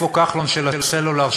איפה כחלון של הסלולר,